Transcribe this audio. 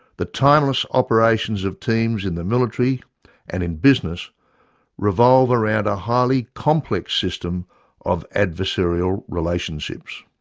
the timeless operations of teams in the military and in business revolve around a highly complex system of adversarial relationships.